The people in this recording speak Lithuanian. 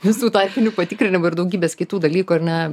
visų tarpinių patikrinimų ir daugybės kitų dalykų ar ne